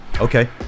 Okay